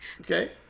okay